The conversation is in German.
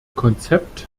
konzept